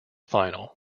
final